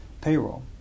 payroll